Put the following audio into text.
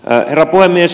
herra puhemies